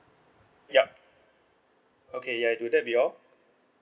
yup okay ya will that be all